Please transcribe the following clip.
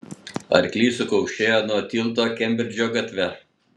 arklys sukaukšėjo nuo tilto kembridžo gatve